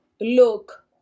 look